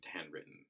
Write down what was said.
handwritten